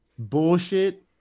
bullshit